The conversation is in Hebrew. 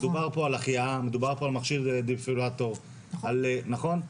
מדובר פה על החייאה, על מכשיר דפיברילטור, נכון?